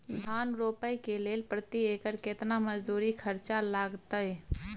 धान रोपय के लेल प्रति एकर केतना मजदूरी खर्चा लागतेय?